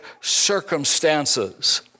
circumstances